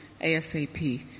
ASAP